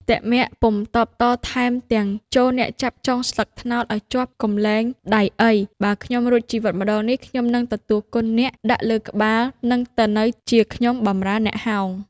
ទម័ក ពុំតបតថែមទាំង “ចូរអ្នកចាប់ចុងស្លឹកត្នោតឱ្យជាប់កុំលែងដៃអី បើខ្ញុំរួចជីវិតម្តងនេះ ខ្ញុំនឹងទទួលគុណអ្នក ដាក់លើក្បាលនិងទៅនៅជាខ្ញុំបំរើអ្នកហោង”។